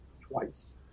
twice